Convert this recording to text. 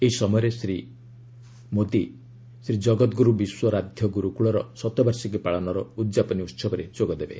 ଏହି ସମୟରେ ସେ ଶ୍ରୀ ଜଗତଗ୍ରର୍ତ ବିଶ୍ୱରାଧ୍ୟ ଗୁରୁକ୍ଳର ଶତବାର୍ଷିକୀ ପାଳନର ଉଦ୍ଯାପନୀ ଉହବରେ ଯୋଗଦେବେ